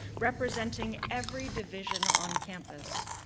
representing every division on campus.